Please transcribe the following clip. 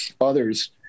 others